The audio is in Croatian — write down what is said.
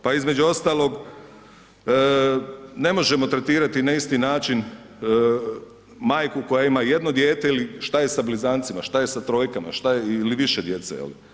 Pa između ostalo, ne možemo tretirati na isti način majku koja ima jedno dijete ili šta je sa blizancima, šta je sa trojkama ili više djece.